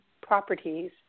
properties